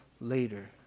later